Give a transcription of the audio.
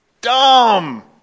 dumb